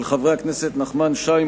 של חברי הכנסת נחמן שי,